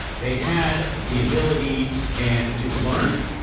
they had the ability and to learn,